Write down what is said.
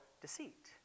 deceit